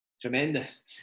Tremendous